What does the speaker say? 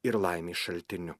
ir laimės šaltiniu